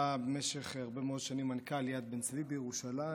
במשך הרבה מאוד שנים הוא היה מנכ"ל יד בן-צבי בירושלים,